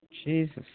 Jesus